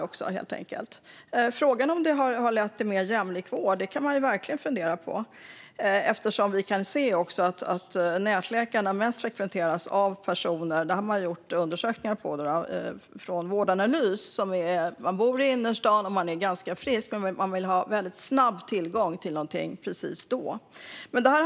Man kan verkligen fundera på om det också lett till en mer jämlik vård, eftersom nätläkarna enligt undersökningar från Vårdanalys mest frekventeras av personer som bor i innerstan och är ganska friska men vill ha snabb tillgång till vård.